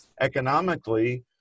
economically